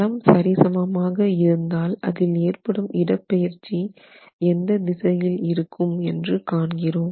தளம் சரி சமமாக இருந்தால் அதில் ஏற்படும் இடப்பெயர்ச்சி எந்த திசையில் இருக்கும் என்று காண்கிறோம்